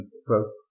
approach